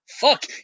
fuck